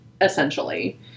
Essentially